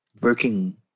working